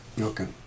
Okay